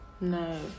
No